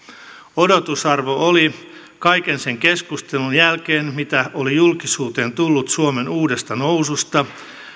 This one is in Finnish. odotusarvo oli kaiken sen keskustelun jälkeen mitä oli julkisuuteen tullut suomen uudesta noususta